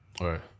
Right